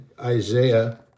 Isaiah